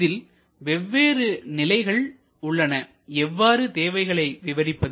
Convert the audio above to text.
இதில் வெவ்வேறு நிலைகள் உள்ளன எவ்வாறு தேவைகளை விவரிப்பது